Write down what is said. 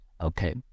okay